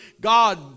God